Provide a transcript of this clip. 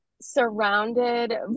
surrounded